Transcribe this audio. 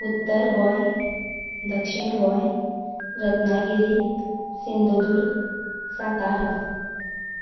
उत्तर गोंय दक्षिण गोंय रत्नागिरी सिंधुदूर्ग सातारा